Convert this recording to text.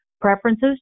preferences